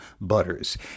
butters